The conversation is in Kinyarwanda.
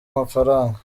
amafaranga